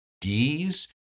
D's